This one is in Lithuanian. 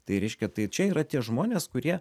tai reiškia tai čia yra tie žmonės kurie